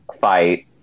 fight